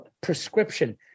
prescription